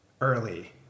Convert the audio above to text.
Early